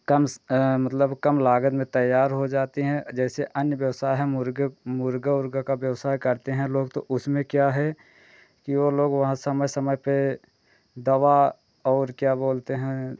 कम स कम लागत में तैयार हो जाती हैं जैसे अन्य व्यवसाय है मुर्ग़े मुर्ग़ा उर्ग़ा के व्यवसाय कारते हैं लोग तो उसमें क्या है कि वे लोग वहाँ समय समय पर दवा और क्या बोलते हैं